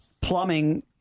plumbing